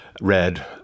red